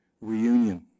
reunion